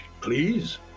Please